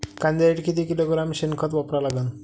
कांद्यासाठी किती किलोग्रॅम शेनखत वापरा लागन?